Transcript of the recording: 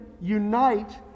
unite